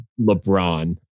LeBron